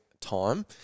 time